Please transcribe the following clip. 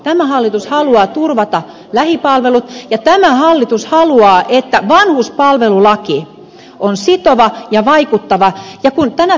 tämä hallitus haluaa turvata lähipalvelut ja tämä hallitus haluaa että vanhuspalvelulaki on sitova ja vaikuttava